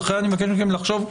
לכן אני מבקש מכם לחשוב.